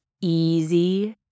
easy